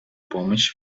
помощи